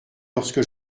lorsque